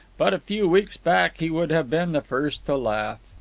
but a few weeks back, he would have been the first to laugh.